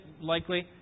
likely